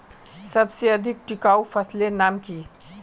सबसे अधिक टिकाऊ फसलेर नाम की?